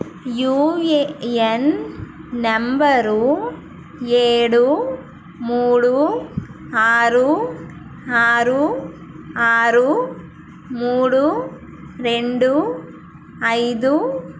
UAN number ఏడు మూడు ఆరు ఆరు ఆరు మూడు రెండు ఐదు